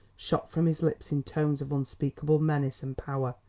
shot from his lips in tones of unspeakable menace and power.